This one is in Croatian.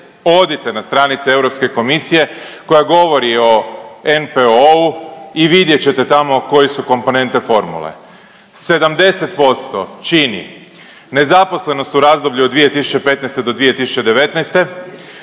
odite na stranice Europske komisije koja govori o NPOO-u i vidjet ćete tamo koje su komponente formule, 70% čini nezaposlenost u razdoblju od 2015. do 2019.,